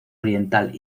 oriental